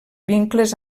vincles